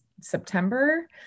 September